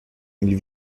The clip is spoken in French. ils